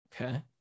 Okay